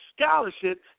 scholarship